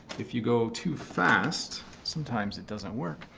if you go too fast, sometimes it doesn't work.